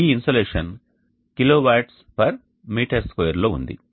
ఈ insolation kWm2 లో ఉంది